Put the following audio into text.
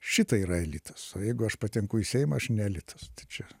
šitai yra elitas o jeigu aš patenku į seimą aš ne elitas čia